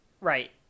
Right